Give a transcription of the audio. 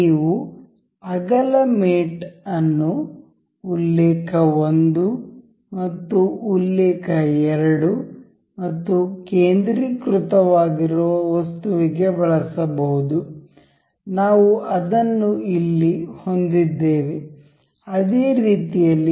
ನೀವು ಅಗಲ ಮೇಟ್ ಅನ್ನು ಉಲ್ಲೇಖ 1 ಮತ್ತು ಉಲ್ಲೇಖ 2 ಮತ್ತು ಕೇಂದ್ರೀಕೃತವಾಗಿರುವ ವಸ್ತುವಿಗೆ ಬಳಸಬಹುದು ನಾವು ಅದನ್ನು ಇಲ್ಲಿ ಹೊಂದಿದ್ದೇವೆ ಅದೇ ರೀತಿಯಲ್ಲಿ